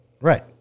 Right